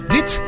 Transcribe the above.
Dit